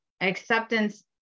acceptance